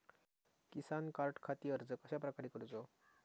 किसान कार्डखाती अर्ज कश्याप्रकारे करूचो?